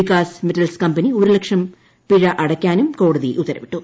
Vikas metals company ഒരു ലക്ഷം പിഴ അടയ്ക്കാനും കോടതി ഉത്തരവിട്ടു